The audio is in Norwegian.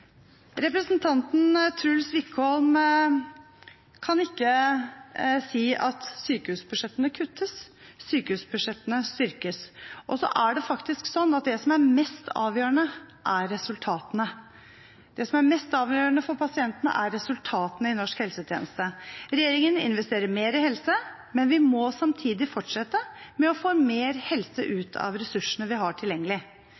Representanten Truls Wickholm kan ikke si at sykehusbudsjettene kuttes. Sykehusbudsjettene styrkes. Og så er det faktisk sånn at det som er mest avgjørende, er resultatene. Det som er mest avgjørende for pasientene, er resultatene i norsk helsetjeneste. Regjeringen investerer mer i helse, men vi må samtidig fortsette med å få mer helse